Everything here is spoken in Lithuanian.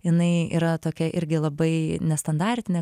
jinai yra tokia irgi labai nestandartinė